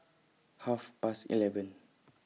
Half Past eleven